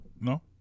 no